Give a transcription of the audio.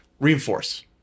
Reinforce